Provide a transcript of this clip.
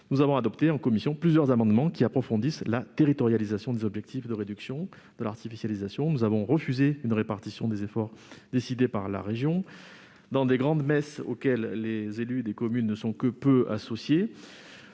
nous avons adopté en commission, à l'article 49, plusieurs amendements tendant à approfondir la territorialisation des objectifs de réduction de l'artificialisation. Nous avons refusé une répartition des efforts décidée par la région au cours de grand-messes auxquelles les élus des communes ne seraient que peu associés.